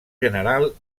general